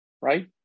right